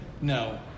No